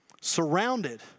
surrounded